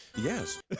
Yes